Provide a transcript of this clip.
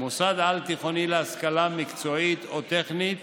מוסד על-תיכוני להשכלה מקצועית או טכנית